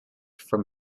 from